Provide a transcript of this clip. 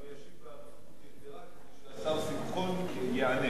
אני גם אשיב באריכות יתירה, כדי שהשר שמחון ייענש,